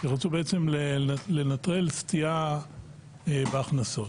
כשרצו לנטרל סטייה בהכנסות.